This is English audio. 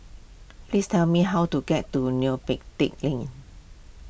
please tell me how to get to Neo Pee Teck Lane